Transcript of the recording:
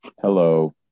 Hello